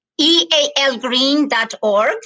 ealgreen.org